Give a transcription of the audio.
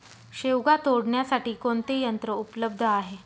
शेवगा तोडण्यासाठी कोणते यंत्र उपलब्ध आहे?